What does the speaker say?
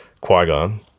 qui-gon